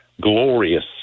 glorious